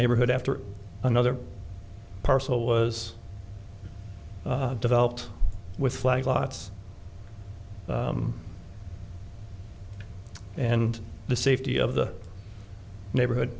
neighborhood after another parcel was developed with flags lots and the safety of the neighborhood